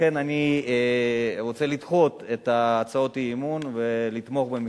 לכן אני רוצה לדחות את הצעות האי-אמון ולתמוך בממשלה.